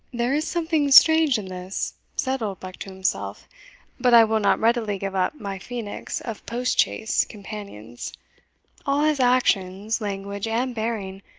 there is something strange in this, said oldbuck to himself but i will not readily give up my phoenix of post-chaise companions all his actions, language, and bearing,